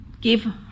give